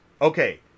Okay